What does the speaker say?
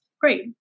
Great